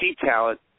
talent